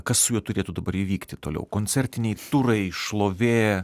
kas su juo turėtų dabar įvykti toliau koncertiniai turai šlovė